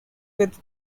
with